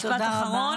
תודה רבה.